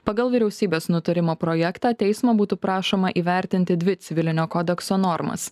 pagal vyriausybės nutarimo projektą teismo būtų prašoma įvertinti dvi civilinio kodekso normas